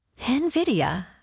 NVIDIA